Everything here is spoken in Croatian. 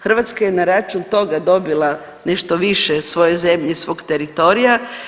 Hrvatska je na račun toga dobila nešto više svoje zemlje i svog teritorija.